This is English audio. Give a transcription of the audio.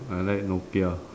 I like Nokia